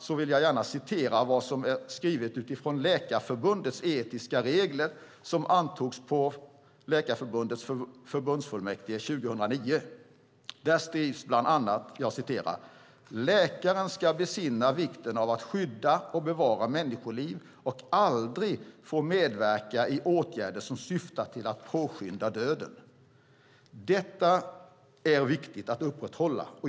Jag vill då gärna citera vad som är skrivet utifrån Läkarförbundets etiska regler som antogs på förbundsfullmäktige 2009. Där skrivs bland annat: "Läkaren ska besinna vikten av att skydda och bevara människoliv och får aldrig medverka i åtgärder som syftar till att påskynda döden." Detta är viktigt att upprätthålla.